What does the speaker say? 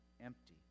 empty